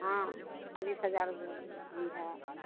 हाँ चालीस हजार भी है